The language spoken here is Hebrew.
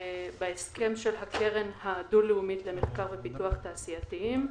בהסכם של הקרן הדו-לאומית למחקר ופיתוח תעשייתיים,